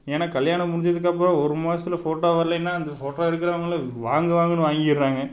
ஏனால் கல்யாணம் முடிஞ்சதுக்கப்புறம் ஒரு மாசத்தில் ஃபோட்டோ வரலேன்னா அந்த ஃபோட்டோ எடுக்கிறவங்கள வாங்கு வாங்குன்னு வாங்கிடறாங்க